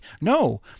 no